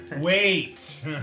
Wait